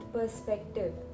perspective